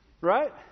Right